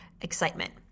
excitement